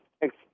Thanks